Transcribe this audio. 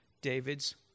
David's